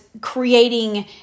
creating